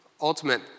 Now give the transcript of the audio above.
ultimate